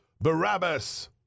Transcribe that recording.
Barabbas